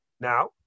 Now